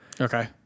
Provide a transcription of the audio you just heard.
Okay